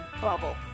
bubble